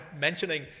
mentioning